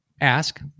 ask